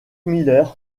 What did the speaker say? miller